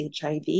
HIV